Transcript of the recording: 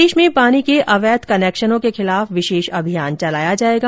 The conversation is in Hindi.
प्रदेश में पानी के अवैध कनैक्शनों के खिलाफ विशेष अभियान चलाया जाएगा